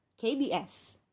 KBS